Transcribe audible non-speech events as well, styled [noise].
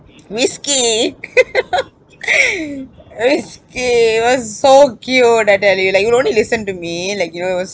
whiskey [laughs] whiskey he was so cute I tell you like he will only listen to me like you know he was